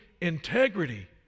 integrity